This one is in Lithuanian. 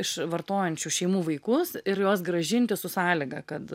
iš vartojančių šeimų vaikus ir juos grąžinti su sąlyga kad